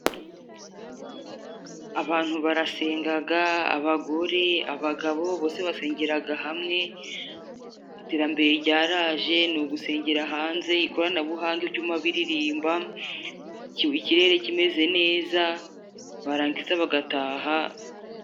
Abantu barasenga, abagore, abagabo, bose basengera hamwe. Iterambere ryaraje ni ugusengera hanze, ikoranabuhanga ibyuma biririmba, ikirere kimeze neza, barangiza bagataha.